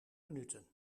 minuten